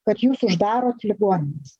kad jūs uždarot ligonines